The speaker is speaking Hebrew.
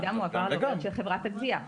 המידע מועבר לעובד של חברת הגבייה.